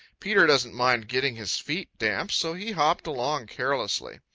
peter doesn't mind getting his feet damp, so he hopped along carelessly.